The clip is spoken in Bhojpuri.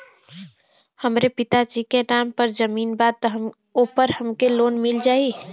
हमरे पिता जी के नाम पर जमीन बा त ओपर हमके लोन मिल जाई?